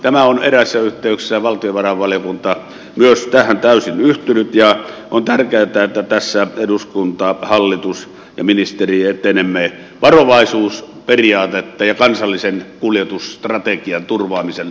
tähän on eräissä yhteyksissä myös valtiovarainvaliokunta täysin yhtynyt ja on tärkeätä että tässä eduskunta hallitus ja ministeri etenemme varovaisuusperiaatteen ja kansallisen kuljetusstrategian turvaamisen tietä